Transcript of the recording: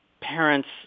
parents